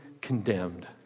condemned